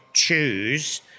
Choose